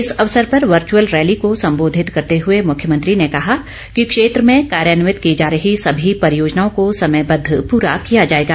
इस अवसर पर वर्च्यअल रैली को सम्बोधित करते हुए मुख्यमंत्री ने कहा कि क्षेत्र में कार्यान्वित की जा रही सभी परियोजनाओं को समयबद्ध पूरा किया जाएगा